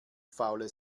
faule